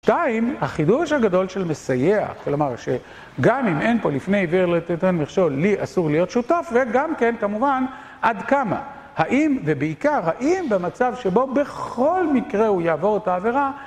שתיים, החידוש הגדול של מסייע, כלומר, שגם אם אין פה לפני עיוור לא תיתן מכשול, לי אסור להיות שותף, וגם כן, כמובן, עד כמה? האם, ובעיקר, האם במצב שבו בכל מקרה הוא יעבור את העבירה,